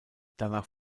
danach